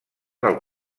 del